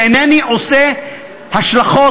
ואינני עושה השלכות,